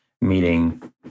meeting